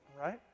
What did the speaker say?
right